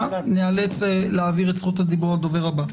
נאלץ להעביר את זכות הדיבור לדובר הבא.